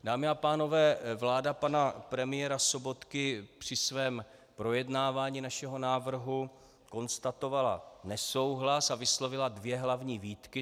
Dámy a pánové, vláda pana premiéra Sobotky při svém projednávání našeho návrhu konstatovala nesouhlas a vyslovila dvě hlavní výtky.